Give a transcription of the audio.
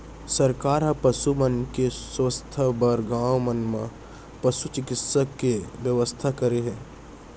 सरकार ह पसु मन के सुवास्थ बर गॉंव मन म पसु चिकित्सा के बेवस्था करे हे